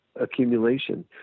accumulation